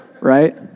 Right